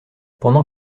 pendant